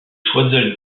choiseul